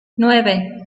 nueve